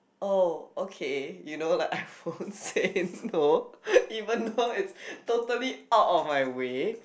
oh okay you know like I won't say no even though it's totally out of my way